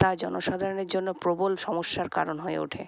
তা জনসাধারণের জন্য প্রবল সমস্যার কারণ হয়ে ওঠে